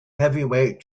heavyweight